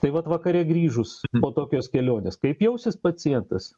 taip vat vakare grįžus po tokios kelionės kaip jausis pacientas